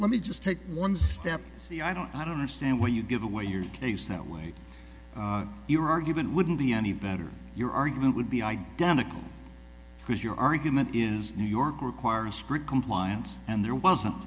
let me just take one step the i don't i don't understand what you give away your case that way your argument wouldn't be any better your argument would be identical because your argument is new york requires strict compliance and there wasn't